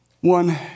One